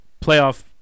playoff